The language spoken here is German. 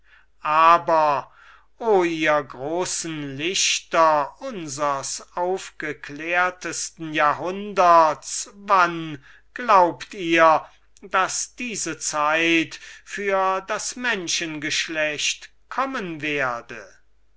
machen aber wenn ihr großen lichter unsers alleraufgeklärtesten jahrhunderts wenn glaubt ihr daß diese zeit für das menschen geschlecht kommen werde